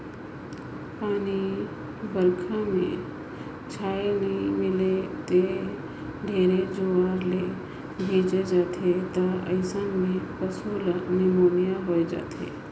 पानी बइरखा में छाँय नइ मिले त ढेरे जुआर ले भीजे जाथें त अइसन में पसु ल निमोनिया होय जाथे